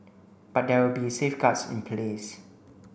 but there will be safeguards in place